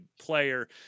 player